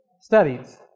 studies